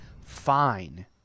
fine